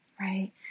right